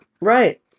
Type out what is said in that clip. Right